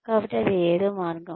కాబట్టి అది మరో మార్గం